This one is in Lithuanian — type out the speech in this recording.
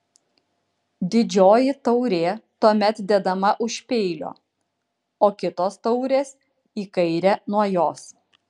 didžioji taurė tuomet dedama už peilio o kitos taurės į kairę nuo jos